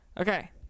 okay